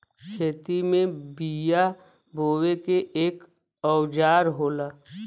खेती में बिया बोये के एक औजार होला